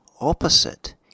opposite